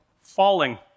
falling